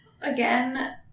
Again